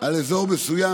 על אזור מסוים,